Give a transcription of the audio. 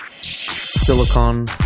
Silicon